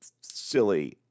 silly